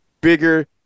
bigger